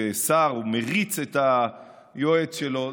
ששר מריץ את היועץ שלו,